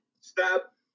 Stop